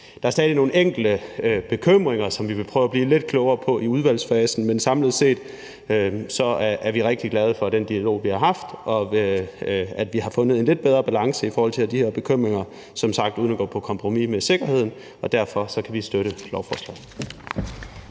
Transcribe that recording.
Der er stadig nogle enkelte bekymringer, som vi vil prøve at blive lidt klogere på i udvalgsfasen, men samlet set er vi rigtig glade for den dialog, vi har haft, og at vi har fundet en lidt bedre balance i forhold til de her bekymringer – som sagt uden at gå på kompromis med sikkerheden – og derfor kan vi støtte lovforslaget.